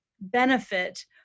benefit